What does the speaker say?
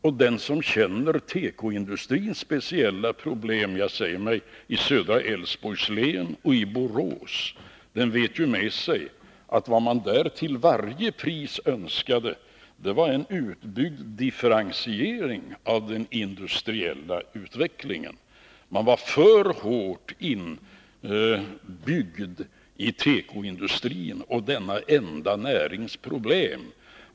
Och den som känner tekoindustrins speciella problem — t.ex. i södra Älvsborgs län och Borås — vet ju med sig, att vad man där till varje pris önskade var en utbyggd differentiering av den industriella utvecklingen. Man var för hårt inbyggd i tekoindustrin och denna enda närings problem.